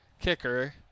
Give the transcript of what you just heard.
kicker